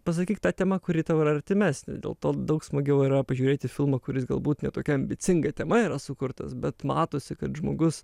pasakyk ta tema kuri tau yra artimesnė dėl to daug smagiau yra pažiūrėti filmą kuris galbūt ne tokia ambicinga tema yra sukurtas bet matosi kad žmogus